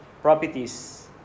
properties